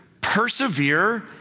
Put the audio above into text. persevere